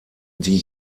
die